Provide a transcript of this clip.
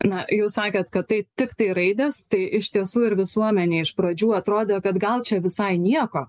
na jūs sakėt kad tai tiktai raidės tai iš tiesų ir visuomenei iš pradžių atrodo kad gal čia visai nieko